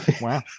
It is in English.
Wow